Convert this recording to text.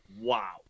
wow